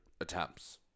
attempts